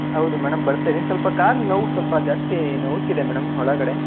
ಹೌದು ಮೇಡಮ್ ಬರ್ತೀನಿ ಸ್ವಲ್ಪ ಕಾಲು ನೋವು ಸ್ವಲ್ಪ ಜಾಸ್ತಿ ನೊಯ್ತಿದೆ ಮೇಡಮ್ ಒಳಗಡೆ